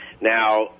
Now